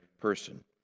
person